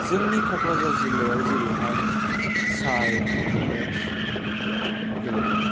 जोंनि क'क्राझार जिल्लायाव जेरैहाय साय कमप्लेक्स गेलेग्रा दं